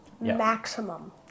Maximum